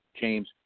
James